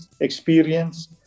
experience